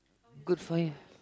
good for you